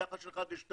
יחס של 1 ל-2.